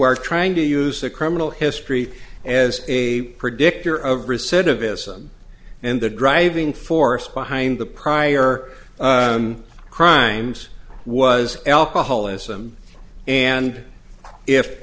were trying to use a criminal history as a predictor of recidivism and the driving force behind the prior crimes was alcoholism and if